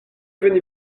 venez